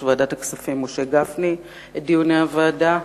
ועדת הכספים משה גפני את דיוני הוועדה.